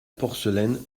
porcelaine